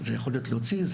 זה לא נכון.